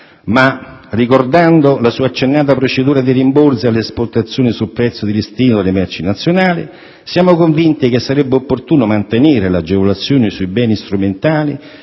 Ma ricordando la su accennata procedura dei rimborsi all'esportazione sul prezzo di listino delle merci nazionali, siamo convinti che sarebbe opportuno mantenere l'agevolazione sui beni strumentali